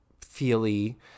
feely